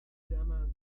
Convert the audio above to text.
llama